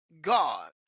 God